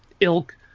ilk